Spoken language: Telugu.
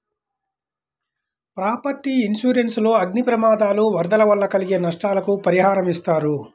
ప్రాపర్టీ ఇన్సూరెన్స్ లో అగ్ని ప్రమాదాలు, వరదలు వల్ల కలిగే నష్టాలకు పరిహారమిస్తారు